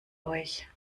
euch